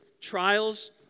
trials